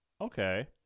Okay